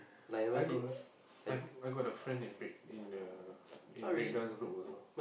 I got I've I've got a friend in break in the in breakdance group also